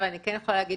אני כן יודעת להגיד